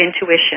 intuition